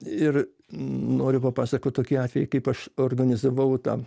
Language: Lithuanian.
ir noriu papasakot tokį atvejį kaip aš organizavau tą